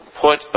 put